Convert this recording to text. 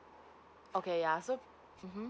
okay ya so uh hmm